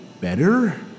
better